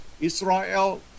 Israel